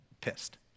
Pissed